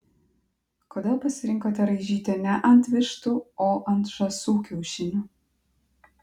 kodėl pasirinkote raižyti ne ant vištų o ant žąsų kiaušinių